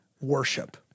worship